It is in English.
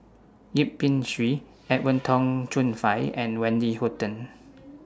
Yip Pin Xiu Edwin Tong Chun Fai and Wendy Hutton